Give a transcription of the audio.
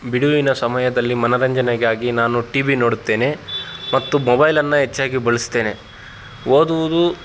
ಬಿಡುವಿನ ಸಮಯದಲ್ಲಿ ಮನೋರಂಜನೆಗಾಗಿ ನಾನು ಟಿವಿ ನೋಡುತ್ತೇನೆ ಮತ್ತು ಮೊಬೈಲನ್ನು ಹೆಚ್ಚಾಗಿ ಬಳಸ್ತೇನೆ ಓದುವುದು